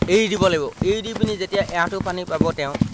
এৰি দিব লাগিব এৰি দি পিনি যেতিয়া এআঁঠু পানী পাব তেওঁ